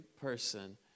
person